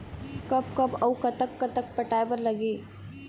कब कब अऊ कतक कतक पटाए बर लगही